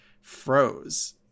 froze